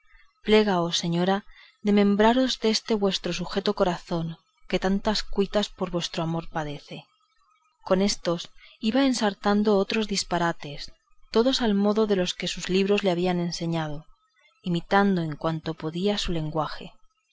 fermosura plégaos señora de membraros deste vuestro sujeto corazón que tantas cuitas por vuestro amor padece con éstos iba ensartando otros disparates todos al modo de los que sus libros le habían enseñado imitando en cuanto podía su lenguaje